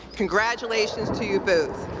congratulations to you both!